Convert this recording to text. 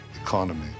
economy